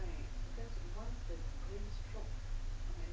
want to